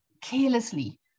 carelessly